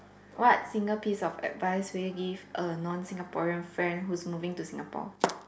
what single piece of advice will you give a non Singaporean friend who's moving into Singapore